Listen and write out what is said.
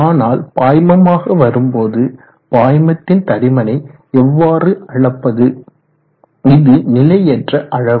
ஆனால் பாய்மமாக வரும்போது பாய்மத்தின் தடிமனை எவ்வாறு அளப்பது இது நிலையற்ற அளவு